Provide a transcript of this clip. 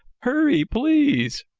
hurry, please!